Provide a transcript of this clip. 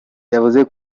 yavuze